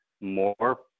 more